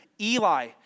Eli